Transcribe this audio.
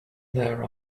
there